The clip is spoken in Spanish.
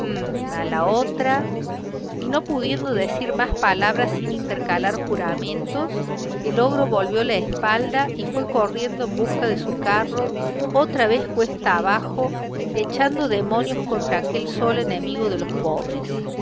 a la otra y no pudiendo decir más palabras sin intercalar juramentos el ogro volvió la espalda y fue corriendo en busca de su carro otra vez cuesta abajo echando demonios contra aquel sol enemigo de los pobres